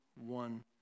one